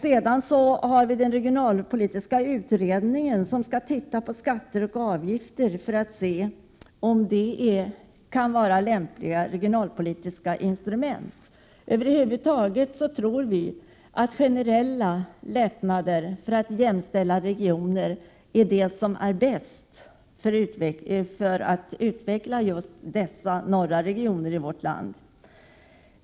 Vidare skall ju den regionalpolitiska utredningen titta på skatter och avgifter för att se om de kan vara lämpliga regionalpolitiska instrument. Över huvud taget tror vi moderater att generella lättnader för att jämställa regioner är det som är bäst för att utveckla just de norra regionerna i vårt land.